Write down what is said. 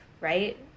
right